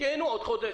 שייהנו עוד חודש,